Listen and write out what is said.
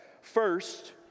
First